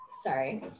Sorry